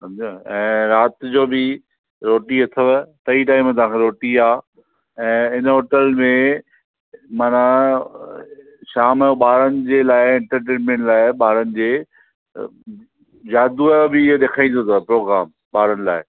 समुझियव ऐं राति जो बि रोटी अथव टई टाइम तव्हां खे रोटी आहे ऐं हिन होटल में माना शाम जो ॿारनि जे लाइ एंटरटेनमेंट लाइ ॿारनि जे जादूअ बि ॾेखारींदो अथव प्रोग्राम ॿारनि लाइ